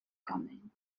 coming